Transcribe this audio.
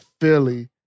Philly